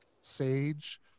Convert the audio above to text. Sage